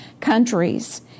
countries